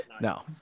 No